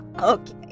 Okay